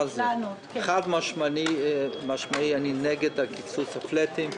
חד-משמעית אני נגד קיצוץ הפלאטים.